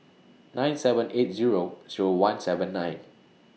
nine seven eight Zero Zero one seven nine